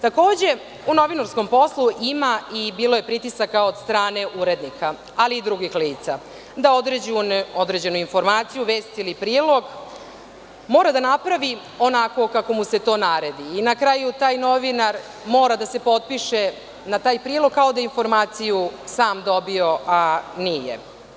Takođe, u novinarskom poslu ima i bilo je pritisaka od strane urednika, ali i drugih lica da određenu informaciju, vest ili prilog mora da napravi onako kako mu se to naredi i na kraju taj novinar mora da se potpiše na taj prilog kao da je informaciju sam dobio, a nije.